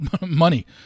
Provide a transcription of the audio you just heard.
money